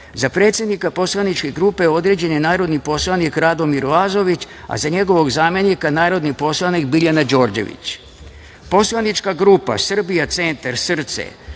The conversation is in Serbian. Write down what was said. predsednika poslaničke grupe određen je narodno poslanik Radomir Lazović, a za njegovog zamenika narodni poslanik Biljana Đorđević; Poslanička grupa – SRBIJA CENTAR –